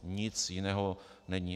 Nic jiného není.